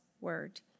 word